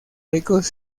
ricos